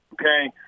okay